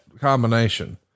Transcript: combination